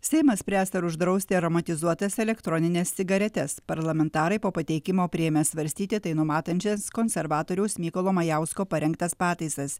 seimas spręs ar uždrausti aromatizuotas elektronines cigaretes parlamentarai po pateikimo priėmė svarstyti tai numatančias konservatoriaus mykolo majausko parengtas pataisas